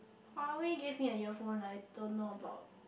Huawei gave me a earphone I don't know about